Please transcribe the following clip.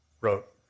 wrote